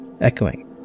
echoing